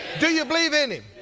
do you believe in him?